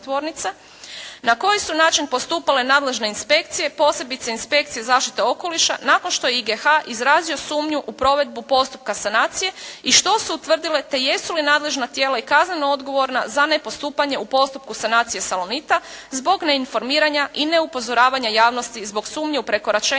na koji su način postupale nadležne inspekcije posebice Inspekcija za zaštitu okoliša nakon što je IGH izrazio sumnju u provedbu postupka sanacije i što su utvrdile te jesu li nadležna tijela i kazneno odgovorna za nepostupanje u postupku sanacije "Salonita" zbog neinformiranja i neupozoravanja javnosti zbog sumnje u prekoračenje graničnih